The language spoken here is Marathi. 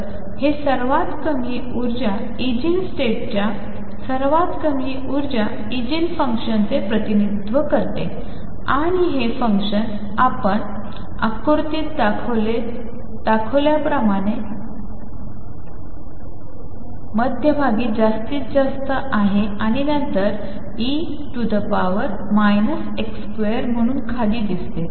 तर हे सर्वात कमी उर्जा ईगीन स्टेट सर्वात कमी उर्जा ईगीन फंक्शनचे प्रतिनिधित्व करते आणि हे फंक्शन आपण आकृतीत आखत गेल्यास असे लक्षात येते कि ते मध्यभागी जास्तीत जास्त आहे आणि नंतर e x2 म्हणून खाली दिसते